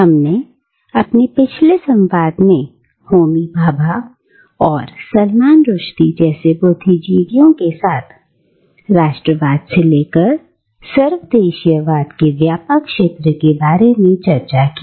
हमने अपनी पिछले संवाद में होमी भाभा और सलमान रुश्दी जैसे बुद्धिजीवियों के साथ राष्ट्रवाद से लेकर सर्वदेशीयवाद के व्यापक क्षेत्र के बारे में चर्चा की